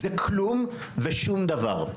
זה כלום ושום דבר.